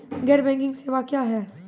गैर बैंकिंग सेवा क्या हैं?